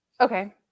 Okay